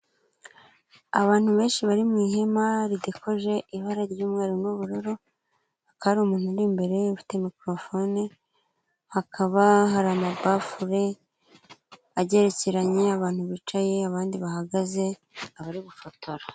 Abantu benshi bari mu ihema ridekoje ibara ry'umweru n'ubururu hakaba hari umuntu uri imbere ufite mikorofone, hakaba hari amabafure, agerekeranye abantu bicaye abandi bahagaze, abari gufotora.